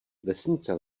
vesnice